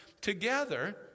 Together